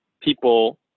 people